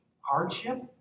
hardship